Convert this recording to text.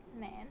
man